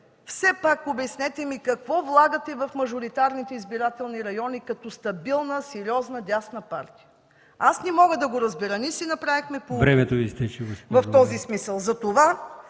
все пак обяснете ми какво влагате в мажоритарните избирателни райони като стабилна, сериозна дясна партия? Аз не мога да го разбера. Ние си направихме поуките в този смисъл,